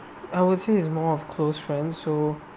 I would say is more of close friends so